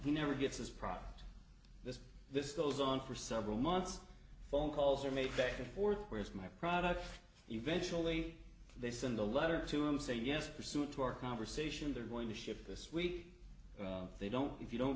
he never gets this product this this goes on for several months phone calls are made back and forth whereas my product eventually they send a letter to him say yes pursuant to our conversation they're going to ship this week they don't if you don't